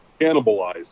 cannibalized